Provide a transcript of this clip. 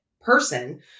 person